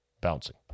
bouncing